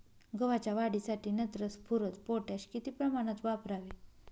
गव्हाच्या वाढीसाठी नत्र, स्फुरद, पोटॅश किती प्रमाणात वापरावे?